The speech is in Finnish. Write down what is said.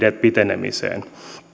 pitenemiseen